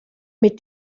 mit